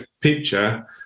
picture